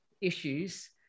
issues